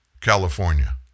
California